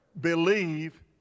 believe